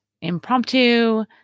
impromptu